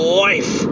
life